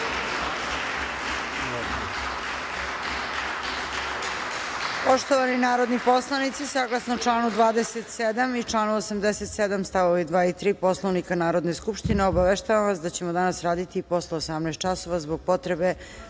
Poštovani narodni poslanici, saglasno članu 27. i članu 87. st. 2. i 3. Poslovnika Narodne skupštine, obaveštavam vas da ćemo danas raditi i posle 18.00 časova, zbog potrebe